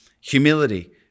Humility